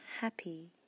happy